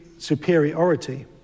superiority